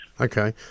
okay